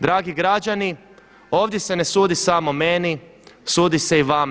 Dragi građani ovdje se ne sudi samo meni, sudi se i vama.